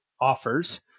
offers